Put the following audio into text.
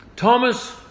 Thomas